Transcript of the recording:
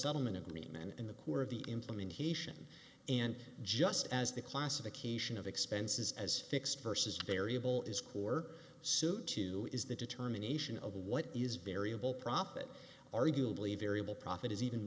settlement agreement and the core of the implementation and just as the classification of expenses as fixed versus variable is core suit two is the determination of what is variable profit arguably variable profit is even